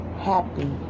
happy